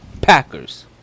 Packers